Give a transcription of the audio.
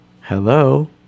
Hello